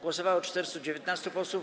Głosowało 419 posłów.